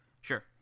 Sure